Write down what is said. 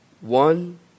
one